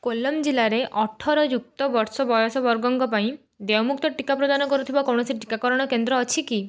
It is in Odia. କୋଲ୍ଲମ୍ ଜିଲ୍ଲାରେ ଅଠର ଯୁକ୍ତ ବର୍ଷ ବୟସ ବର୍ଗଙ୍କ ପାଇଁ ଦେୟମୁକ୍ତ ଟିକା ପ୍ରଦାନ କରୁଥିବା କୌଣସି ଟିକାକରଣ କେନ୍ଦ୍ର ଅଛି କି